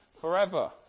forever